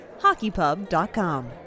HockeyPub.com